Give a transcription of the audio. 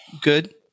good